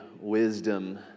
wisdom